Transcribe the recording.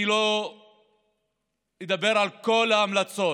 אני לא אדבר על כל ההמלצות,